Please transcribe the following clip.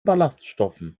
ballaststoffen